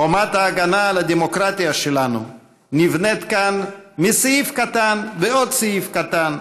חומת ההגנה על הדמוקרטיה שלנו נבנית כאן מסעיף קטן ועוד סעיף קטן,